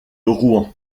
rouen